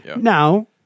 Now